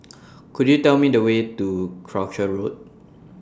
Could YOU Tell Me The Way to Croucher Road